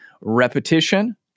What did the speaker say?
repetition